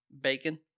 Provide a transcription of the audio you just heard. Bacon